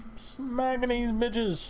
many mages